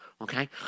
Okay